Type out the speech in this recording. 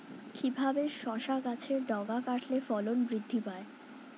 কিভাবে শসা গাছের ডগা কাটলে ফলন বৃদ্ধি পায়?